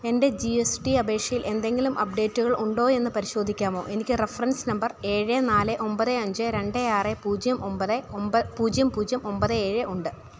എൻ്റെ G S T അപേക്ഷയിൽ എന്തെങ്കിലും അപ്ഡേറ്റുകൾ ഉണ്ടോ എന്ന് പരിശോധിക്കാമോ എനിക്ക് റെഫറൻസ് നമ്പർ ഏഴ് നാല് ഒമ്പത് അഞ്ച് രണ്ട് ആറ് പൂജ്യം ഒമ്പത് പൂജ്യം പൂജ്യം ഒമ്പത് ഏഴ് ഉണ്ട്